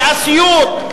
באסיוט,